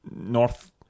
North